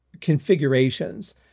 configurations